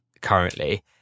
currently